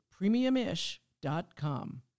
premiumish.com